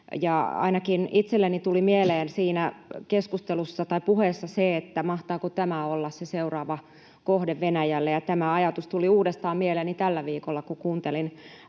Ainakin itselleni tuli mieleen siinä puheessa se, että mahtaako tämä olla se seuraava kohde Venäjälle, ja tämä ajatus tuli uudestaan mieleeni tällä viikolla, kun kuuntelin